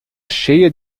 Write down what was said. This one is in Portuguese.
cheia